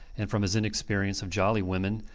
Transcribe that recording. and, from his inexperience of jolly women,